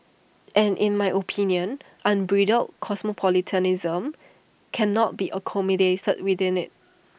and in my opinion unbridled cosmopolitanism cannot be accommodated within IT